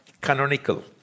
canonical